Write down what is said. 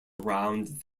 around